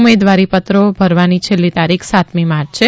ઉમેદવારીપત્રો ભરવાની છેલ્લી તારીખ સાતમી માર્ચ છે